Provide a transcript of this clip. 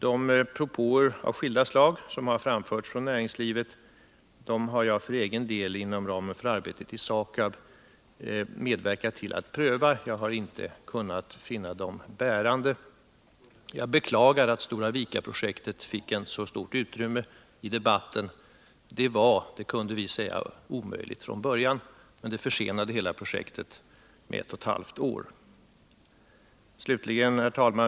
De propåer av skilda slag som framförts från näringslivet har jag för egen del, inom ramen för arbetet i SAKAB, medverkat till att pröva. Jag har inte funnit dem bärande. Jag beklagar att Stora Vika-projektet fick så stort utrymme i debatten. Det var — det kunde vi säga — omöjligt från början, men det försenade hela projektet med ett och ett halvt år.